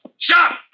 Stop